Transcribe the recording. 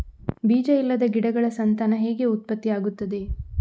ಬೀಜ ಇಲ್ಲದ ಗಿಡಗಳ ಸಂತಾನ ಹೇಗೆ ಉತ್ಪತ್ತಿ ಆಗುತ್ತದೆ?